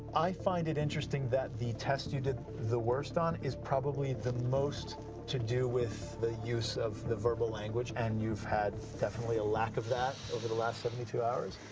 i find it interesting that the test you did the worst on is probably the most to do with the use of the verbal language, and you've had definitely a lack of that over the last seventy two hours.